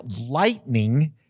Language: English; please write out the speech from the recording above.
lightning